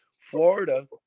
Florida